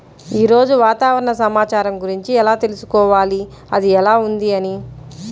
ఈరోజు వాతావరణ సమాచారం గురించి ఎలా తెలుసుకోవాలి అది ఎలా ఉంది అని?